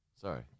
sorry